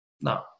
No